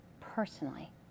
personally